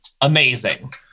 amazing